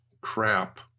Crap